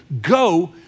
go